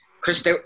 Chris